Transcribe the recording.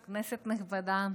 כנסת נכבדה,